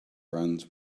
runs